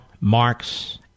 Marx